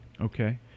Okay